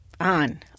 on